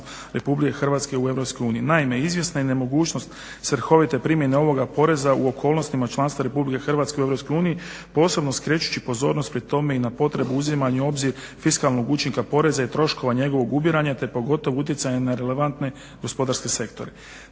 Republike Hrvatske u Europskoj uniji. Naime izvjesna je nemogućnost svrhovite primjene ovoga poreza u okolnostima članstva Republike Hrvatske u Europskoj uniji, posebno skrećući pozornost pri tome i na potrebu uzimanja u obzir fiskalnog učinka poreza i troškova njegovog ubiranja, te pogotovo utjecanja na relevantne gospodarske sektore.